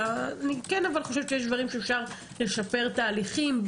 אבל אני חושבת שיש דברים שאפשר לשפר בהם תהליכים,